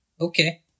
Okay